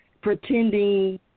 pretending